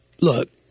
look